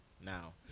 now